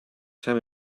time